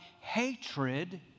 hatred